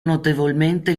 notevolmente